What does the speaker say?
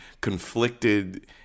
conflicted